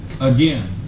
again